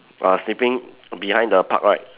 uh sleeping behind the park right